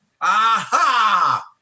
Aha